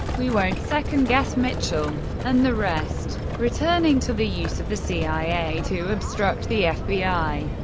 we won't second-guess mitchell and the rest. returning to the use of the cia to obstruct the fbi,